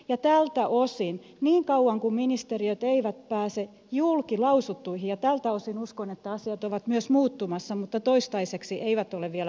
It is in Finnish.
ja tältä osin niin kauan kun ministeriöt eivät pääse julkilausuttuja tältä osin uskon että asiat ovat myös muuttumassa mutta toistaiseksi ne eivät ole vielä muuttuneet